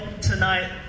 tonight